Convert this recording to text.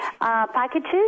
packages